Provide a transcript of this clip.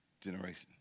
generation